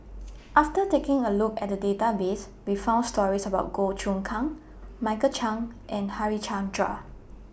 after taking A Look At The Database We found stories about Goh Choon Kang Michael Chiang and Harichandra